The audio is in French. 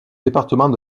département